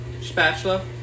spatula